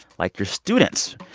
like your students,